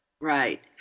Right